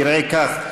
זה ייראה כך: